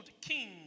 king